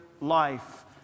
life